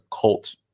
cult